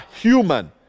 human